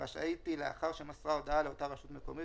רשאית היא לאחר שמסרה הודעה לאותה רשות מקומית